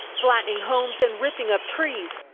flattening homes and ripping up trees,